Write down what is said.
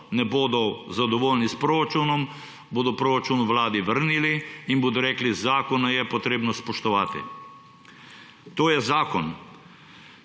ne bodo zadovoljni s proračunom, bodo proračun Vladi vrnili in bodo rekli – zakone je treba spoštovati. To je zakon.